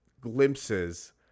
glimpses